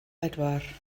bedwar